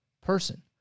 person